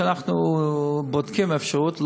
אנחנו בודקים אפשרות,